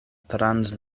trans